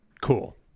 Cool